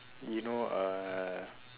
you know uh